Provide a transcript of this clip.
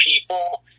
people